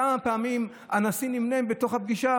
כמה פעמים הנשיא נמנם בתוך הפגישה,